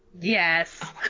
Yes